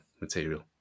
material